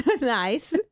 Nice